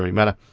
matter,